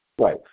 Right